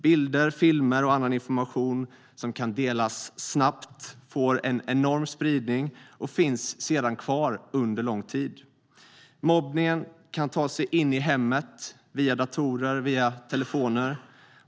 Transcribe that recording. Bilder, filmer och annan information som kan delas snabbt får en enorm spridning och finns sedan kvar under lång tid. Mobbningen kan ta sig in i hemmet via datorer och telefoner.